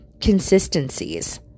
consistencies